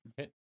Okay